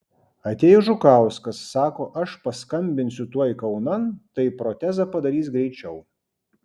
atėjo žukauskas sako aš paskambinsiu tuoj kaunan tai protezą padarys greičiau